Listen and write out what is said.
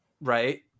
right